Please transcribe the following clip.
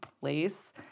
place